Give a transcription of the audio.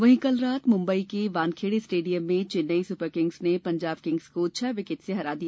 वहीं कल रात मुंबई के वानखेड़े स्टेडियम में चेन्नई सुपर किंग्स ने पंजाब किंग्स को छह विकेट से हरा दिया